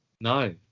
no